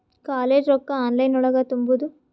College ರೊಕ್ಕ online ಒಳಗ ತುಂಬುದು?